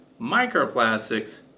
microplastics